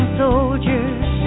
soldiers